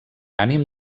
ànim